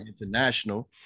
International